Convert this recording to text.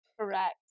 Correct